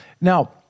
Now